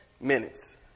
minutes